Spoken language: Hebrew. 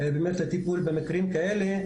באמת לטיפול במקרים כאלה.